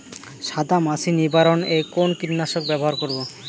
সাদা মাছি নিবারণ এ কোন কীটনাশক ব্যবহার করব?